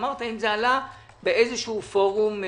שאמרתם נטענו בפורום?